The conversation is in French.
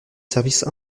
service